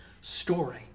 story